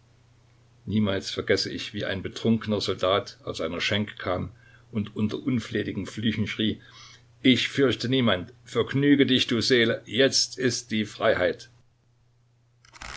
niemals vergesse ich wie ein betrunkener soldat aus einer schenke kam und unter unflätigen flüchen schrie ich fürchte niemand vergnüge dich du seele jetzt ist die freiheit